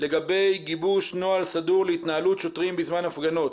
לגבי גיבוש נוהל סדור להתנהלות שוטרים בזמן הפגנות